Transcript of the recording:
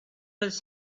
was